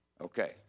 okay